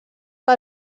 que